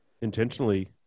intentionally